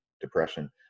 depression